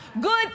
good